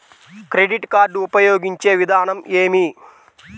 Credit card ఉపయోగించే విధానం ఏమి?